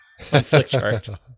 Flickchart